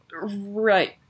Right